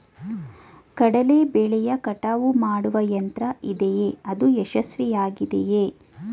ಕಡಲೆ ಬೆಳೆಯ ಕಟಾವು ಮಾಡುವ ಯಂತ್ರ ಇದೆಯೇ? ಅದು ಯಶಸ್ವಿಯಾಗಿದೆಯೇ?